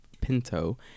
Pinto